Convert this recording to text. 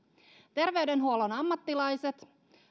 terveydenhuollon ammattilaiset